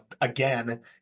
again